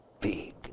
big